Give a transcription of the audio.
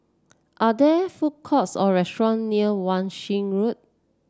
are there food courts or restaurants near Wan Shih Road